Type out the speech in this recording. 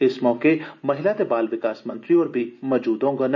इस मौके महिला ते बाल विकास मंत्री बी मौजूद रौहंगन